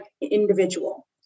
individual